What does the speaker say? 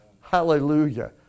Hallelujah